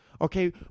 okay